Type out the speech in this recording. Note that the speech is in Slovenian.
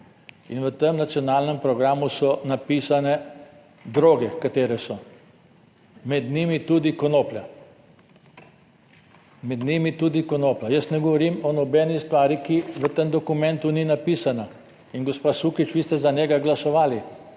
in v tem Nacionalnem programu so napisane droge, katere so med njimi tudi konoplja, med njimi tudi konoplja. Jaz ne govorim o nobeni stvari, ki v tem dokumentu ni napisana in gospa Sukič, vi ste za njega glasovali.